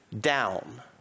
down